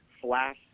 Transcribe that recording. flash